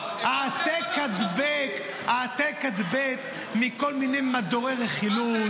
------- העתק-הדבק מכל מיני מדורי רכילות.